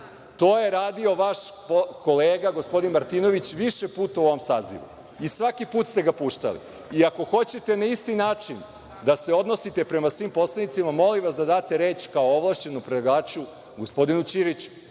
To je radio vaš kolega, gospodin Martinović, više puta u ovom sazivu. Svaki put ste ga puštali. Ako hoćete na isti način da se odnosite prema svim poslanicima, molim vas da dat reč, kao ovlašćenog predlagaču gospodinu Ćiriću,